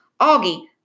Augie